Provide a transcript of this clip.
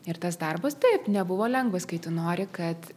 ir tas darbas taip nebuvo lengvas kai tu nori kad